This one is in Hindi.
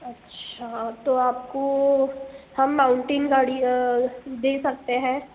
अच्छा तो आपको हम माउंटेन गाड़ी दे सकते हैं